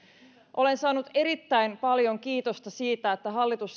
olen saanut erittäin paljon kiitosta siitä että hallitus